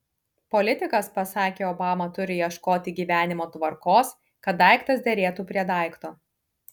politikas pasakė obama turi ieškoti gyvenimo tvarkos kad daiktas derėtų prie daikto